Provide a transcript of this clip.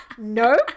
No